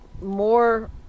more